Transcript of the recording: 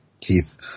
Keith